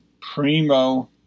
Primo